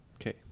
Okay